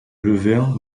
levain